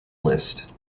list